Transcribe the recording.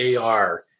AR